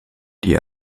die